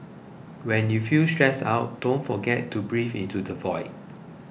when you feel stressed out don't forget to breathe into the void